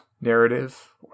narrative